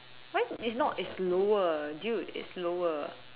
why is not is lower dude it's lower